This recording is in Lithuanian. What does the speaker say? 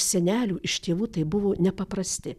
senelių iš tėvų tai buvo nepaprasti